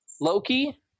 loki